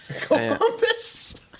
Columbus